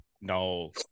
No